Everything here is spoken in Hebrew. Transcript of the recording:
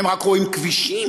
הם רק רואים כבישים,